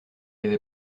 avais